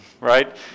right